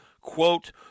Quote